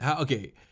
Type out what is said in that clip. Okay